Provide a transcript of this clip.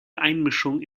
einmischung